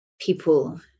people